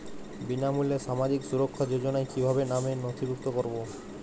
বিনামূল্যে সামাজিক সুরক্ষা যোজনায় কিভাবে নামে নথিভুক্ত করবো?